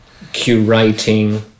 curating